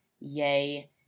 yay